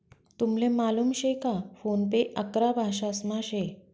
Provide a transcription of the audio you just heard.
तुमले मालूम शे का फोन पे अकरा भाषांसमा शे